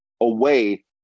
away